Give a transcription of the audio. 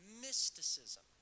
mysticism